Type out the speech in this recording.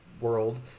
world